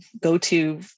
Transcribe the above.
go-to